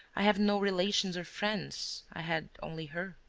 i have no relations or friends. i had only her.